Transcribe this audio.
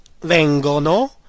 vengono